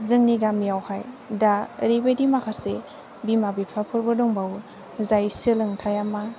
जोंनि गामियाव हाय दा ओरैबायदि माखासे बिमा बिफाफोरबो दंबावो जाय सोलोंथाइया मा